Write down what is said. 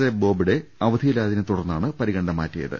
A Bobde അവ ധിയിലായതിനെത്തുടർന്നാണ് പരിഗണന മാറ്റിയത്